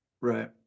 Right